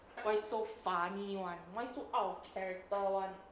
why so funny [one] why so out of character [one]